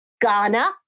Ghana